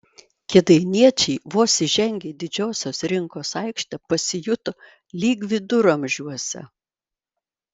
kėdainiečiai vos įžengę į didžiosios rinkos aikštę pasijuto lyg viduramžiuose